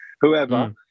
whoever